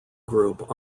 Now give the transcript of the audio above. group